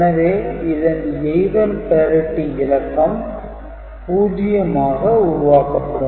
எனவே இதன் Even Parity இலக்கம் 0 ஆக உருவாக்கப்படும்